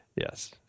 Yes